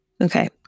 Okay